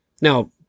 Now